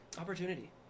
Opportunity